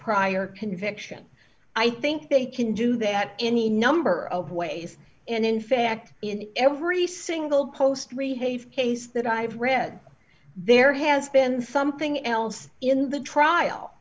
prior conviction i think they can do that any number of ways and in fact in every single post re hafe case that i've read there has been something else in the trial